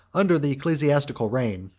under the ecclesiastical reign,